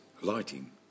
lighting